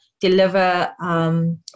deliver